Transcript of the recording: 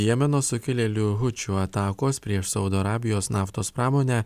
jemeno sukilėlių hučių atakos prieš saudo arabijos naftos pramonę